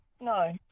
No